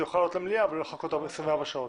זה יוכל לעלות למליאה ולא לחכות 24 שעות.